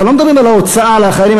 אנחנו לא מדברים על ההוצאה על החיילים.